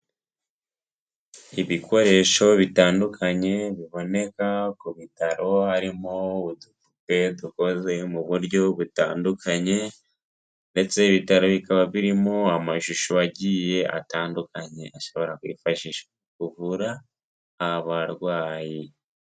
Ibikoresho bitandukanye biboneka ku bitaro, harimo udupupe dukoze mu buryo butandukanye ndetse ibitaro bikaba birimo amashusho agiye atandukanye, ashobora kwifashishwa kuvura abarwayi.